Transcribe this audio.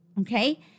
okay